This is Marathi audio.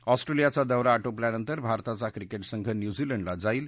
ऑस्ट्रेलियाचा दौरा आटोपल्यानंतर भारताचा क्रिकेट संघ न्यूझीलंडला जाईल